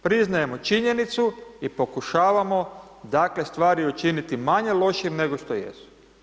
Priznajmo činjenicu i pokušavamo dakle stvari učiniti manje lošijima nego što jesu.